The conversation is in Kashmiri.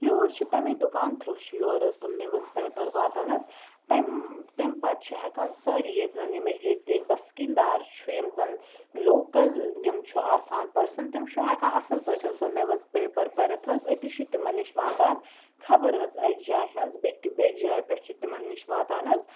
یور چھِ تَمی دُکان تھرٛوٗ چھِ یور حظ تِم نِوٕز پیپَر واتان حظ تَمہِ تَمہِ پَتہٕ چھُ ہٮ۪کان سٲری ییٚتہِ زَن یِمَے ییٚتِکۍ بَسکیٖندار چھُ یِم زَن لوکَل یِم چھُ آسان پٔرسَن تِم چھُ ہٮ۪کان اَصٕل پٲٹھۍ حظ سُہ نِوٕز پیپَر پٔرِتھ حظ أتی چھُ تِمَن نِش واتان خبر حظ اَکہِ جایہِ ہِنٛز بیٚکہِ بیٚکہِ جایہِ پٮ۪ٹھ چھِ تِمَن نِش واتان حظ